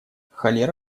холера